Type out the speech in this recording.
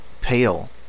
pale